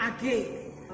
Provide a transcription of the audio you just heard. again